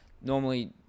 normally